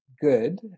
good